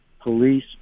police